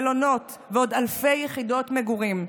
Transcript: מלונות ועוד אלפי יחידות מגורים.